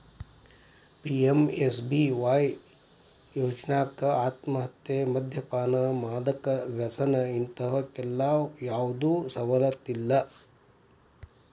PMSBY ಯೋಜ್ನಾಕ ಆತ್ಮಹತ್ಯೆ, ಮದ್ಯಪಾನ, ಮಾದಕ ವ್ಯಸನ ಇಂತವಕ್ಕೆಲ್ಲಾ ಯಾವ್ದು ಸವಲತ್ತಿಲ್ಲ